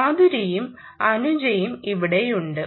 മാധുരിയും അനുജയും ഇവിടെയുണ്ട്